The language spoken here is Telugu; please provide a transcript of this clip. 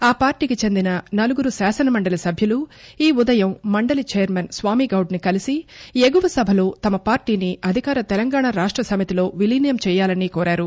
ఆ పార్టీకి చెందిన నలుగురు శాసనమండలి సభ్యులు ఈ ఉదయం మండలి చైర్మన్ స్వామి గౌడ్ ను కలిసి ఎగువ సభలో తమ పార్టీని అధికార తెలంగాణా రాష్ట సమితిలో విలీనం చేయాలని కోరారు